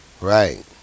Right